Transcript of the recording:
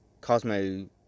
Cosmo